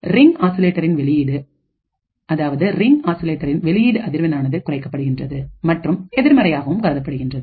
ring ஆக்சிலேட்டரின் வெளியீடு அதிர்வெண் ஆனது குறைக்கப்படுகின்றது மற்றும் எதிர்மறையாகவும் கருதப்படுகின்றது